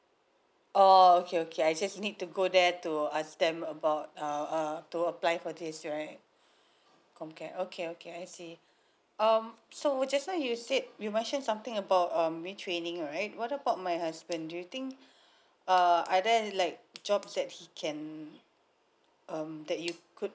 orh okay okay I just need to go there to ask them about uh uh to apply for this right comcare okay okay I see um so just now you said you mentioned something about um retraining right what about my husband do you think uh are there like jobs that he can um that you could